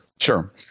sure